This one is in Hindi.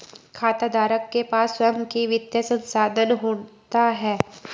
खाताधारक के पास स्वंय का वित्तीय संसाधन होता है